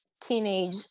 teenage